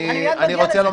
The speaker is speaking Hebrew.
אני מייד מגיע לזה.